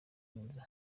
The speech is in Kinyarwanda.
neza